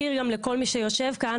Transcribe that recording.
אתה תקבל גם את זכות הדיבור.